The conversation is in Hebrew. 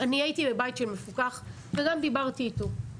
אני הייתי בבית של מפוקח וגם דיברתי איתו.